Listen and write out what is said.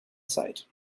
sight